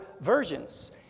versions